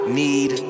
need